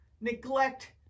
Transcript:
neglect